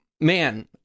man